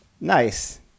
Nice